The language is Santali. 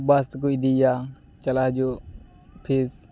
ᱵᱟᱥ ᱛᱮᱠᱚ ᱤᱫᱤᱭᱮᱭᱟ ᱪᱟᱞᱟᱣ ᱦᱤᱡᱩᱜ ᱯᱷᱤᱥ